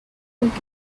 forget